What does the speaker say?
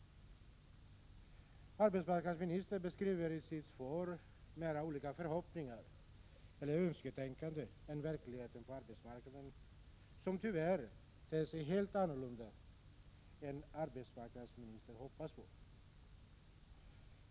Vad arbetsmarknadsministern gör i sitt svar är att hon mera beskriver olika förhoppningar eller ett önsketänkande än verkligheten på arbetsmarknaden — som, tyvärr, ter sig helt annorlunda jämfört med den arbetsmarknad som arbetsmarknadsministern hoppas på.